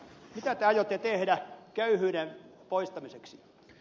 mitä te aiotte tehdä köyhyyden poistamiseksi